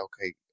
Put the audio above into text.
okay